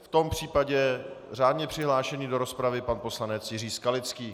V tom případě řádně přihlášený do rozpravy pan poslanec Jiří Skalický.